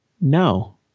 no